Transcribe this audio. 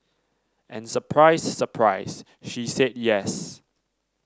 and surprise surprise she said yes